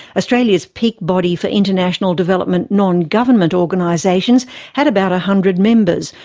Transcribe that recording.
australia's peak body for international development non-government organisations had about a hundred members,